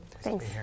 Thanks